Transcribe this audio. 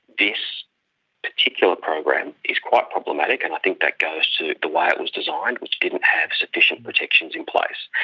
this particular program is quite problematic and i think that goes to the way it was designed which didn't have sufficient protections in place,